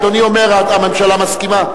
הממשלה מסכימה?